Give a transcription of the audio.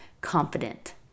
confident